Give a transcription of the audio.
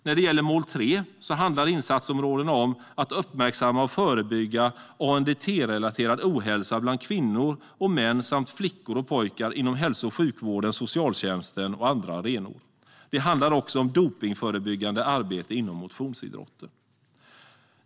När det gäller mål 3 handlar insatsområdena om att uppmärksamma och förebygga ANDT-relaterad ohälsa bland kvinnor och män samt flickor och pojkar inom hälso och sjukvården, socialtjänsten och andra arenor. Det handlar också om dopningsförebyggande arbete inom motionsidrotten.